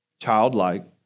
Childlike